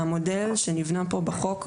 המודל שניבנה פה בחוק,